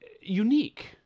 unique